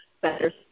better